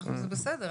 זה בסדר.